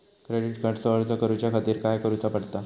Credit कार्डचो अर्ज करुच्या खातीर काय करूचा पडता?